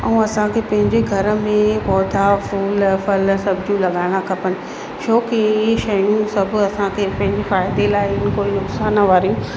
ऐं असांखे पंहिंजे घर में पौधा फूल फल सब्जियूं लॻाइणा खपनि छोकि शयूं सभु असांखे पंहिंजे फ़ाइदे लाइ कोई नुक़सान वारी